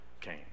came